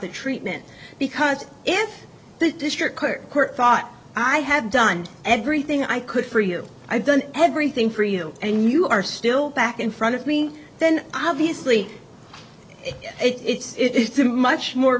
the treatment because if the district court thought i have done everything i could for you i've done everything for you and you are still back in front of me then obviously it's a much more